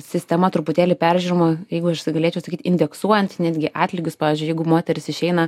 sistema truputėlį peržiūrima jeigu aš tai negalėčiau sakyt indeksuojant netgi atlygius pavyzdžiui jeigu moteris išeina